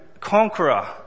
conqueror